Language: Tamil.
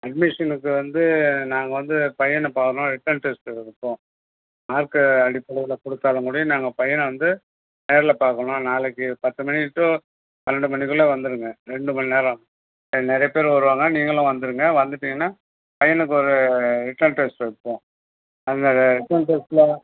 அட்மிஷனுக்கு வந்து நாங்கள் வந்து பையனை பார்க்கணும் ரிட்டன் டெஸ்ட்டு வைப்போம் மார்க்கு அடிப்படையில் கொடுத்தாலும் கூடேயே நாங்கள் பையனை வந்து நேரில் பார்க்கணும் நாளைக்கு பத்து மணி டூ பன்னென்டு மணிக்குள்ளே வந்துருங்க ரெண்டு மண்நேரம் நிறைய பேர் வருவாங்க நீங்களும் வந்துருங்க வந்துவிட்டீங்கன்னா பையனுக்கு ஒரு ரிட்டன் டெஸ்ட்டு வைப்போம் அந்த ரிட்டன் டெஸ்ட்டில்